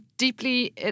deeply